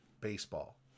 baseball